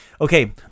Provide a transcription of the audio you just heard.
Okay